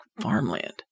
farmland